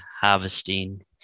harvesting